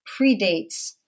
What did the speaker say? predates